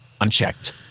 Unchecked